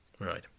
right